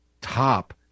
top